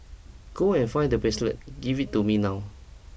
go and find the bracelet give it to me now